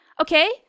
Okay